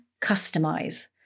customize